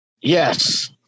Yes